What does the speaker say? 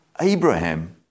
Abraham